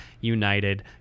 United